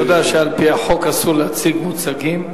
אתה יודע שעל-פי החוק אסור להציג מוצגים.